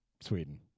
Sweden